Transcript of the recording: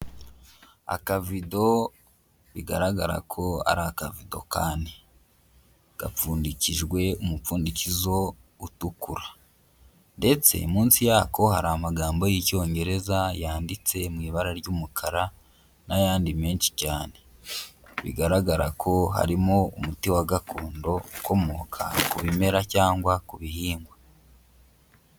Akabido bigaragara ko ari akavido k'ane. Gapfundikijwe umupfundikizo utukura, ndetse munsi yako hari amagambo y'icyongereza yanditse mu ibara ry'umukara n'ayandi menshi cyane. Bigaragara ko harimo umuti wa gakondo ukomoka ku bimera cyangwa ku bihingwa.